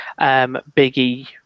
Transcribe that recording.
Biggie